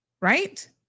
Right